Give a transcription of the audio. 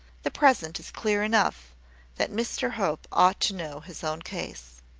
the present is clear enough that mr hope ought to know his own case.